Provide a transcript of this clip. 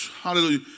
hallelujah